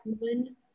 human